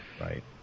right